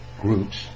groups